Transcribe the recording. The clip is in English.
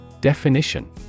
Definition